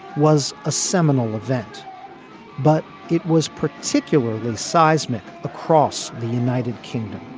was a seminal event but it was particularly seismic across the united kingdom.